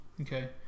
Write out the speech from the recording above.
Okay